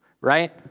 right